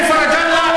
זה בגלל,